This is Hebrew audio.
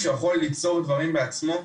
שהוא יכול ליצור דברים בעצמו.